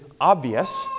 obvious